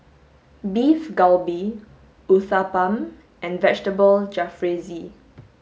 beef galbi Uthapam and Vegetable Jalfrezi